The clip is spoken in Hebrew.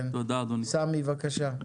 סמי, בבקשה.